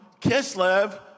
Kislev